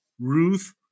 Ruth